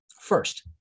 First